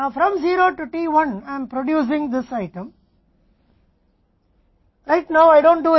अब शून्य से t1 तक मैं इस आइटम का उत्पादन कर रहा हूं